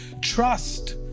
trust